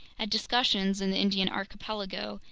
at discussions in the indian archipelago,